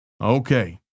Okay